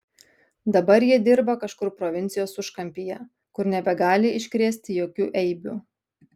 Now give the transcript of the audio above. dabar jie dirba kažkur provincijos užkampyje kur nebegali iškrėsti jokių eibių